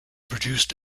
produced